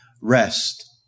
rest